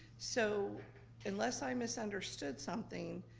so unless i misunderstood something,